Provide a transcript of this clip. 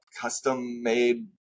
custom-made